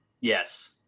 Yes